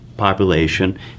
population